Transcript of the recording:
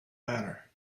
matter